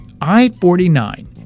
I-49